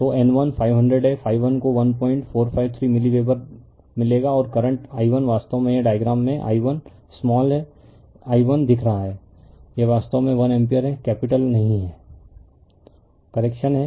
तो N1 500 हैं∅1 को 1453 मिली वेबर मिलेगा और करंट i1 वास्तव में यह डायग्राम में i1 स्माल i1 दिखा रहा है यह वास्तव में 1 एम्पीयर है कैपिटल नहीं हैं करेक्शन हैं